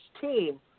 team